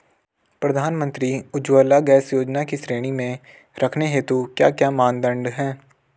प्रधानमंत्री उज्जवला गैस योजना की श्रेणी में रखने हेतु क्या क्या मानदंड है?